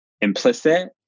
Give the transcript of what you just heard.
implicit